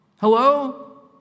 Hello